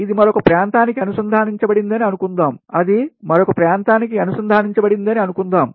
ఇది మరొక ప్రాంతానికి అనుసంధానించబడిందని అనుకుందాం అది మరొక ప్రాంతానికి అనుసంధానించబడిందని అనుకుందాం